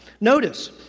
Notice